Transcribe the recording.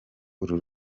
uru